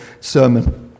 sermon